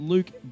Luke